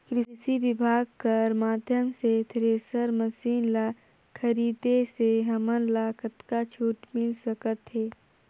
कृषि विभाग कर माध्यम से थरेसर मशीन ला खरीदे से हमन ला कतका छूट मिल सकत हे?